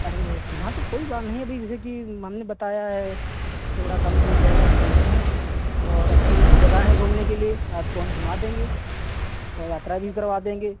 अरे हाँ तो कोई बात नहीं अभी जैसे कि हमने बताया है थोड़ा कम भी हो जाएगा ऐसा नहीं है और अच्छी जगह हैं घूमने के लिए आपको हम घुमा देंगे और यात्रा भी करवा देंगे